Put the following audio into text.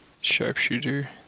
sharpshooter